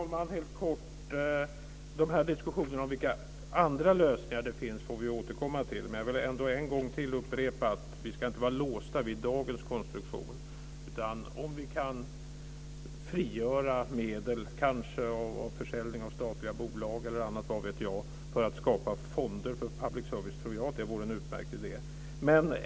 Fru talman! Diskussionerna om vilka andra lösningar det finns får vi återkomma till. Jag vill upprepa att vi inte ska vara låsta vid dagens konstruktion. Jag tror att det vore en utmärkt idé om vi kunde frigöra medel, kanske genom försäljning av statliga bolag eller annat, för att skapa fonder för public service.